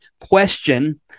question